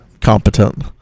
competent